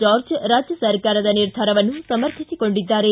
George ರಾಜ್ಯ ಸರ್ಕಾರದ ನಿರ್ಧಾರವನ್ನು ಸಮರ್ಥಿಸಿಕೊಂಡಿದ್ದಾರೆ